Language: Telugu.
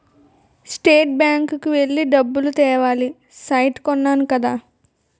స్టేట్ బ్యాంకు కి వెళ్లి డబ్బులు తేవాలి సైట్ కొన్నాను కదా